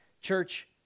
Church